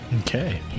Okay